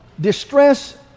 Distress